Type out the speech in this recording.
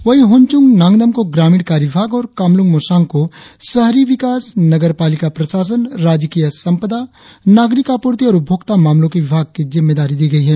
वही होनचूंग डांगदम को ग्रामीण कार्य विभाग और कामलुंग मोसांग को शहरी विकास नगरपालिका प्रशासन राजकीय संपदा नागरिक आपूर्ति और उपभोक्ता मामलो के विभाग की जिम्मेदारी दी गई है